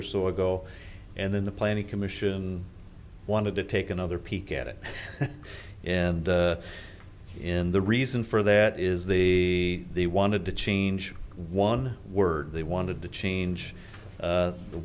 or so ago and then the planning commission wanted to take another peek at it and in the reason for that is the they wanted to change one word they wanted to change